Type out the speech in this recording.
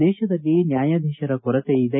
ದೇಶದಲ್ಲಿ ನ್ಯಾಯಾಧೀಶರ ಕೊರತೆ ಇದೆ